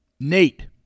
Nate